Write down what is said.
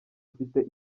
ufite